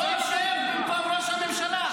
בוא, שב במקום ראש הממשלה.